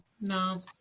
No